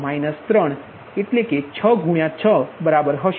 હશે એટલે કે તે 6 6 હશે